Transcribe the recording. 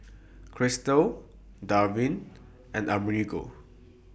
Christel Darvin and Amerigo